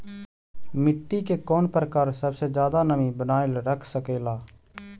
मिट्टी के कौन प्रकार सबसे जादा नमी बनाएल रख सकेला?